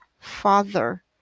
father